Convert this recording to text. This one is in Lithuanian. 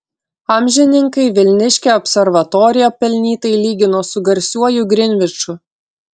amžininkai vilniškę observatoriją pelnytai lygino su garsiuoju grinviču